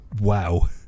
wow